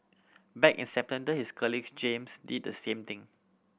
back in his colleague James did the same thing